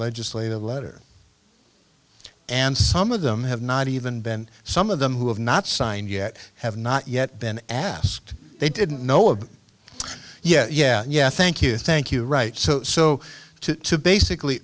legislative letter and some of them have not even been some of them who have not signed yet have not yet been asked they didn't know of yeah yeah yeah thank you thank you right so so to to basically